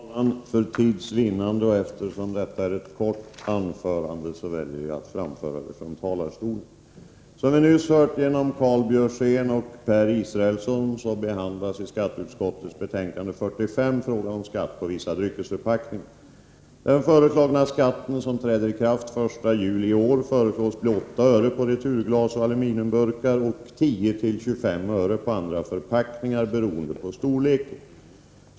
Herr talman! För tids vinnande och eftersom detta blir ett kort anförande, väljer jag att framföra det från min bänk. é Som vi nyss hörde av Karl Björzén och Per Israelsson behandlas i skatteutskottets betänkande 45 frågan om skatt på vissa dryckesförpackningar. Den föreslagna skatten, som träder i kraft den 1 juli i år, föreslås bli 8 öre på returglas och aluminiumburkar och 10-25 öre på andra förpackningar beroende på storleken.